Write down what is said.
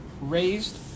raised